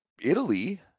Italy